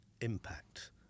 impact